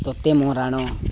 ତୋତେ ମୋ ରାଣ